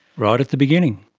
right at the beginning.